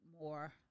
more